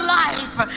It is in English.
life